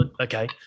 Okay